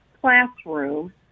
classroom